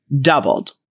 doubled